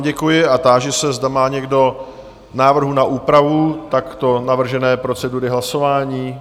Děkuji vám a táži se, zda má někdo návrh na úpravu takto navržené procedury hlasování.?